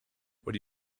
would